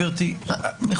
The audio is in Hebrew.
אנחנו